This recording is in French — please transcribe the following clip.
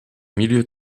milieu